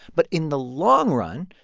but in the long run,